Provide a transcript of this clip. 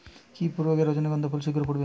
কি প্রয়োগে রজনীগন্ধা ফুল শিঘ্র ফুটবে?